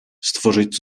stworzyć